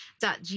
dot